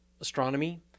astronomy